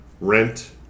Rent